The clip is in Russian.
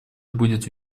будет